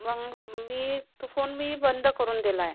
मग मी तो फोन मी बंद करून दिलाय